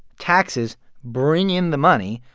taxes bring in the money,